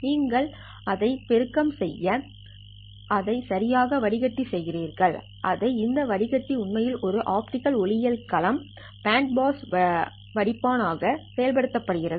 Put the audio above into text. நீங்கள் அதைப பெருக்க செய்த பிறகு அதை சரியாக வடிகட்டு செய்கிறீர்கள் எனவே இந்த வடிகட்டு உண்மையில் ஒரு ஆப்டிகல் ஒளியியல் களம் பேண்ட் பாஸ் வடிப்பான் ஆக செயல்படுத்தப்படுகிறது